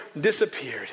disappeared